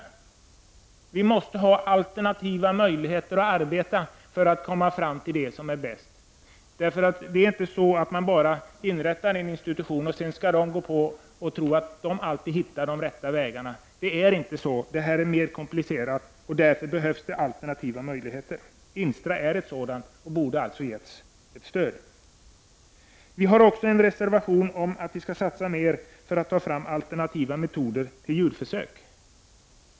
Det måste finnas alternativa möjligheter att arbeta för att komma fram till det som är bäst. Man kan inte bara inrätta en institution och sedan tro att man där alltid skall finna de rätta vägarna. Det fungerar inte så. Detta är mer komplicerat, och därför behövs det alternativa möjligheter. INSTRA är en sådan möjlighet, och man borde ha givit den ett stöd. Vi i centerpartiet har också avgivit en reservation om att man måste satsa mer för att ta fram alternativa metoder när det gäller djurförsök.